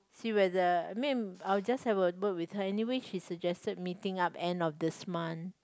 see whether I mean I will just have a word with her anyway she suggested meeting up end of this month